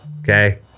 Okay